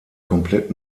komplett